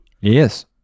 Yes